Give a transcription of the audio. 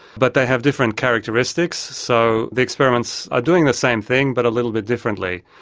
but they have different characteristics. so the experiments are doing the same thing but a little bit differently.